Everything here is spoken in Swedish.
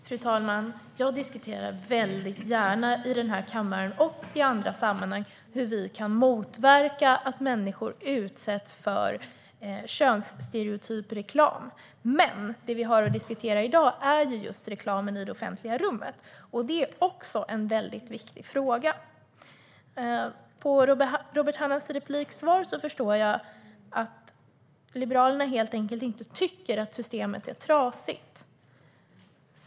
Fru talman! Jag diskuterar väldigt gärna här i kammaren och i andra sammanhang hur vi kan motverka att människor utsätts för könsstereotyp reklam. Men det vi har att diskutera i dag är just reklamen i det offentliga rummet, och det är också en väldigt viktig fråga. Av Robert Hannahs repliksvar förstår jag att Liberalerna helt enkelt inte tycker att systemet är trasigt.